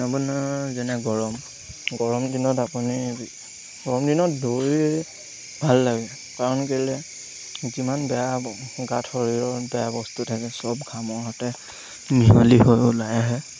আপোনাৰ যেনে গৰম গৰম দিনত আপুনি গৰম দিনত দৌৰি ভাল লাগে কাৰণ কেলৈ যিমান বেয়া গাত শৰীৰৰ বেয়া বস্তু থাকে চব ঘামৰ সৈতে মিহলি হৈ ওলাই আহে